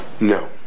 No